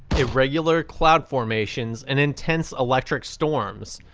irregular cloud formations, and intense electric storms.